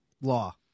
Law